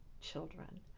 children